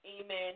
amen